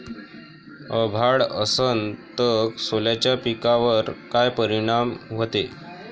अभाळ असन तं सोल्याच्या पिकावर काय परिनाम व्हते?